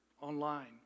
online